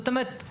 זאת אומרת,